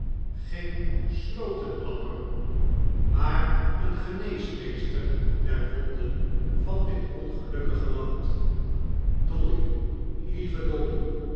geen slotenlapper maar een geneesmeester der wonden van dit ongelukkige land dolly lieve dolly